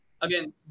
Again